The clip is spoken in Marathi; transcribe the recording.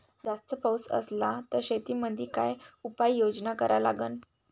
जास्त पाऊस असला त शेतीमंदी काय उपाययोजना करा लागन?